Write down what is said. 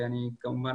כאמור,